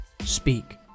speak